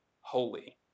holy